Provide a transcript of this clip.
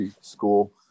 school